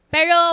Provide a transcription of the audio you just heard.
Pero